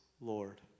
Lord